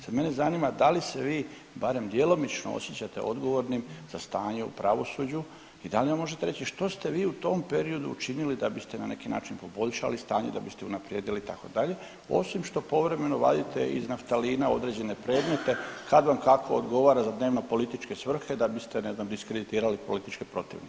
Sad mene zanima da li se vi barem djelomično osjećate odgovornim za stanje u pravosuđu i da li nam možete reći što ste vi u tom periodu učinili da biste na neki način poboljšali stanje, da biste unaprijedili itd., osim što povremeno vadite iz naftalina određene predmete kad vam kako odgovara za dnevno političke svrhe da biste ne znam diskreditirali političke protivnike.